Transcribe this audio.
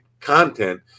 content